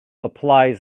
applies